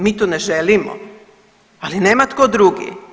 Mi to ne želimo, ali nema tko drugi.